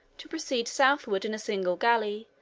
to proceed southward in a single galley,